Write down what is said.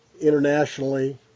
internationally